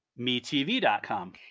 meTV.com